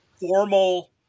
formal